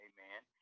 Amen